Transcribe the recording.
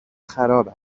خراب